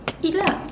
eat lah